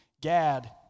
Gad